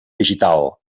digital